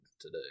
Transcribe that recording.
today